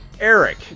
Eric